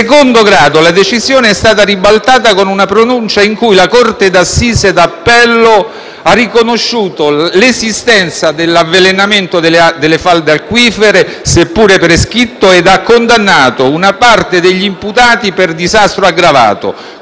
secondo grado la decisione è stata ribaltata con una pronuncia in cui la corte d'assise d'appello ha riconosciuto l'esistenza dell'avvelenamento delle falde acquifere, seppure prescritto, ed ha condannato una parte degli imputati per disastro aggravato.